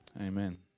Amen